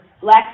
black